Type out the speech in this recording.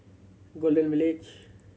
Golden Village